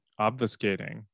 obfuscating